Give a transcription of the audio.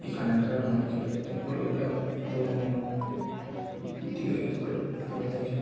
ഈ കലണ്ടറാണ് നമുക്കിപ്പോൾ ഏറ്റവും കടുതൽ ഇതാണ് അതുപോലെ തന്നെ note P P T reader അതുപോലത്തെയൊക്കെ